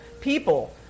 people